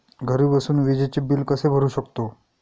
घरी बसून विजेचे बिल कसे भरू शकतो?